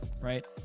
right